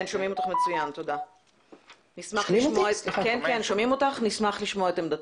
נשמח לשמוע את עמדתך.